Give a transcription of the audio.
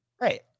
Right